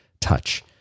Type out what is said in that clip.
touch